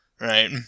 Right